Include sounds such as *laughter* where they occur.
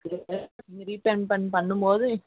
okay *unintelligible* பண்ணும் போது